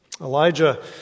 Elijah